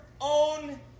own